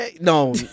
no